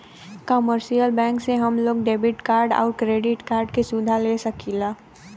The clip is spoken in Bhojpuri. कमर्शियल बैंक से हम लोग डेबिट कार्ड आउर क्रेडिट कार्ड क सुविधा ले सकीला